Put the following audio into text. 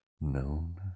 known